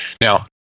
Now